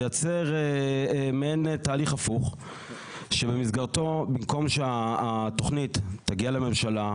לייצר מעין תהליך הפוך שבמסגרתו במקום שהתוכנית תגיע לממשלה,